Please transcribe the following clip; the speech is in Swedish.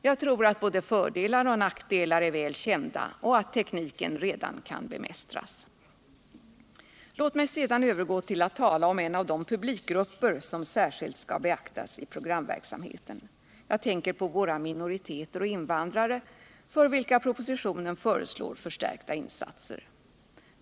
Jag tror att både fördelar och nackdelar är väl kända och att tekniken redan kan bemästras. Låt mig sedan övergå till att tala om en av de publikgrupper som särskilt skall beaktas i programverksamheten. Jag tänker på våra minoriteter och invandrare, för vilka propositionen föreslår förstärkta insatser.